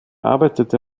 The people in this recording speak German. arbeitete